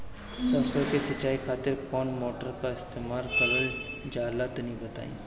सरसो के सिंचाई खातिर कौन मोटर का इस्तेमाल करल जाला तनि बताई?